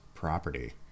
property